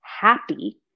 happy